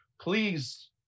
please